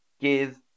give